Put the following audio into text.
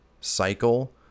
cycle